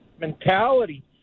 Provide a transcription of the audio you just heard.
mentality